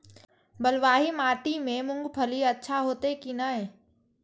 बलवाही माटी में मूंगफली अच्छा होते की ने?